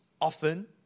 often